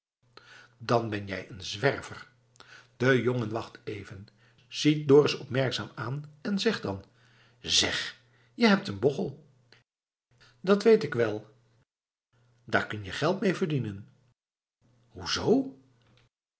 dan ben jij een zwerver de jongen wacht even ziet dorus opmerkzaam aan en zegt dan zeg je hebt een bochel dat weet ik wel daar kun je geld mee verdienen